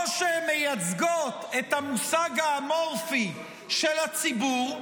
או שהן מייצגות את המושג האמורפי של הציבור,